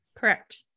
Correct